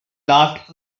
laughed